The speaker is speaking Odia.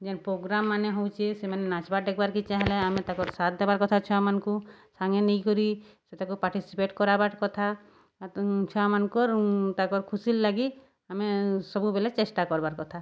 ଯେନ୍ ପୋଗ୍ରାମ୍ମାନେ ହଉଚେ ସେମାନେ ନାଚ୍ବାର୍ ଡେଗ୍ବାର୍କେ ଚାହେଲେ ଆମେ ତାଙ୍କର୍ ସାଥ୍ ଦେବାର୍ କଥା ଛୁଆମାନ୍ଙ୍କୁ ସାଙ୍ଗେ ନେଇକରି ସେତାକୁ ପାର୍ଟିସିପେଟ୍ କରାବାର୍ କଥା ଛୁଆମାନ୍ଙ୍କର୍ ତାଙ୍କର୍ ଖୁସି ଲାଗି ଆମେ ସବୁବେଲେ ଚେଷ୍ଟା କର୍ବାର୍ କଥା